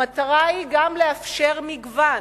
המטרה היא גם לאפשר מגוון.